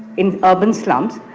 in urban slums,